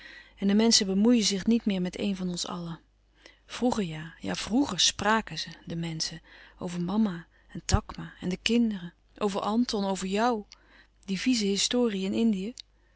en de menschen bemoeien zich niet meer met een van ons allen vroeger ja vroeger spràken ze de menschen over mama en takma en de kinderen over anton over jou die vieze historie in indië